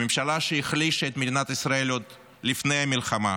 הממשלה שהחלישה את מדינת ישראל עוד לפני המלחמה,